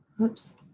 whoops.